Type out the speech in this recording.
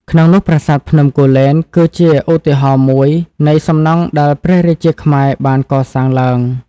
ក្នុងនោះប្រាសាទភ្នំគូលែន គឺជាឧទាហរណ៍មួយនៃសំណង់ដែលព្រះរាជាខ្មែរបានកសាងឡើង។